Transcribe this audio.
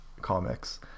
comics